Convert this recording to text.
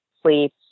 sleep